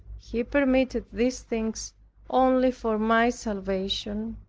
he permitted these things only for my salvation,